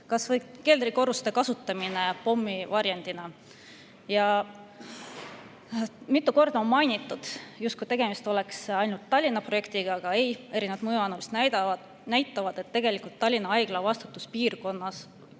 kas või keldrikorruste kasutamine pommivarjendina. Mitu korda on mainitud, justkui tegemist oleks ainult Tallinna projektiga, aga ei ole. Erinevad mõjuanalüüsid näitavad, et tegelikult oleks Tallinna Haigla vastutuspiirkonnas